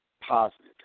positive